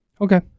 Okay